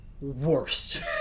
worst